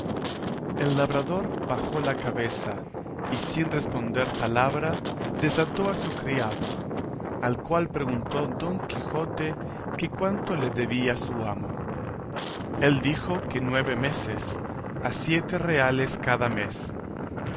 el labrador bajó la cabeza y sin responder palabra desató a su criado al cual preguntó don quijote que cuánto le debía su amo él dijo que nueve meses a siete reales cada mes